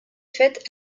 faite